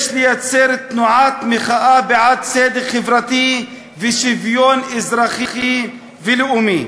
יש לייצר תנועת מחאה בעד צדק חברתי ושוויון אזרחי ולאומי,